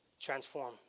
Transform